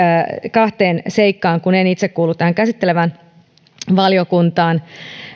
kahteen seikkaan kun en itse kuulu tähän käsittelevään valiokuntaan